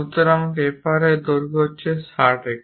সুতরাং টেপারের দৈর্ঘ্য 60 একক